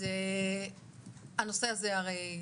אז הנושא הזה הרי,